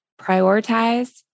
prioritize